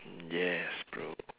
yes bro